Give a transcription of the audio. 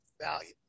value